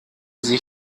sie